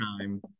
time